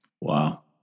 Wow